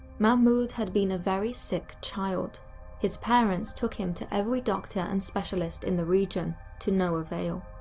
mahmoud had been a very sick child his parents took him to every doctor and specialist in the region, to no avail.